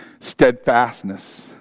steadfastness